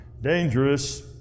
Dangerous